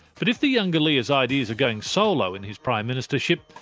but if the younger lee has ideas of going solo in his prime ministership,